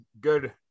good